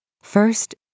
First